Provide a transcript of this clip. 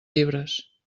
llibres